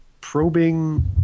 probing